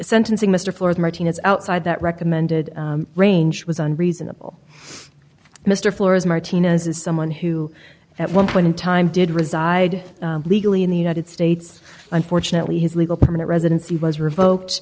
sentencing mr ford martinez outside that recommended range was on reasonable mr flores martina's is someone who at one point in time did reside legally in the united states unfortunately his legal permanent residency was revoked